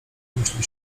domyślił